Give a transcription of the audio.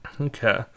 Okay